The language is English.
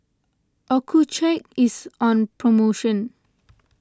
Accucheck is on promotion